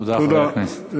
תודה, חבר הכנסת.